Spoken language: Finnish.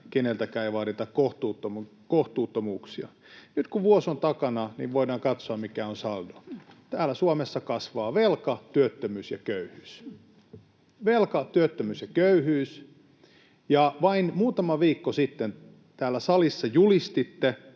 keneltäkään ei vaadita kohtuuttomuuksia. Nyt kun vuosi on takana, voidaan katsoa, mikä on saldo: täällä Suomessa kasvavat velka, työttömyys ja köyhyys — velka, työttömyys ja köyhyys. Ja vain muutama viikko sitten täällä salissa julistitte,